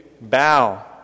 bow